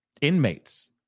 inmates